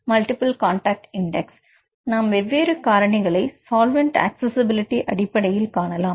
multiple contact index நாம் வெவ்வேறு காரணிகளை சால்வன் ஆக்ஸ்ஸிபிலிடி அடிப்படையில் காணலாம்